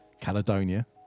Caledonia